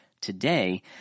today